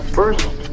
first